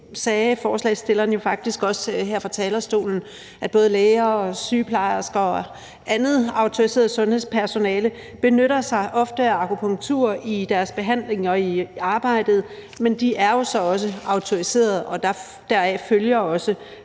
sagde forespørgeren jo faktisk også her fra talerstolen, nemlig at både læger og sygeplejersker og andet autoriseret sundhedspersonale ofte benytter sig af akupunktur i deres behandlinger og arbejde, men de er jo så også autoriserede, og deraf følger også